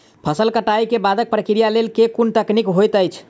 फसल कटाई केँ बादक प्रक्रिया लेल केँ कुन तकनीकी होइत अछि?